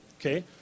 okay